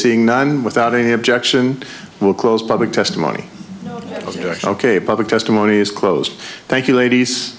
seeing nine without any objection will close public testimony ok public testimony is closed thank you ladies